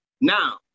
Now